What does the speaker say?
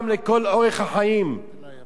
גם כשהם בוגרים הם לא משתחררים